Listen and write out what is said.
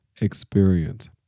experience